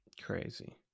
Crazy